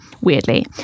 weirdly